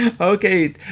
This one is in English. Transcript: Okay